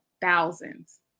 thousands